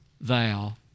thou